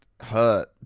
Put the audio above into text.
hurt